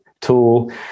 tool